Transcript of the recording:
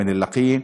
מלקיה.